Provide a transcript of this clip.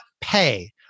pay